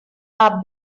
are